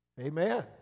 Amen